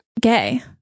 gay